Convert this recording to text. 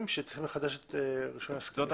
שצריכים לחדש את רישיון העסקים שלהם.